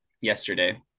yesterday